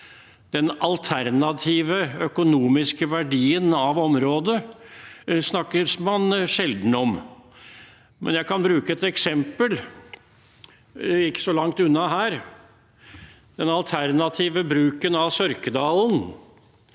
Den alternative økonomiske verdien av området snakker man sjelden om. Jeg kan bruke et eksempel ikke så langt unna – den alternative bruken av Sørkedalen,